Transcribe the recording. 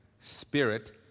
Spirit